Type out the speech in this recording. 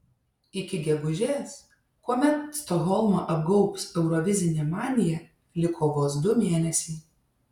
iki gegužės kuomet stokholmą apgaubs eurovizinė manija liko vos du mėnesiai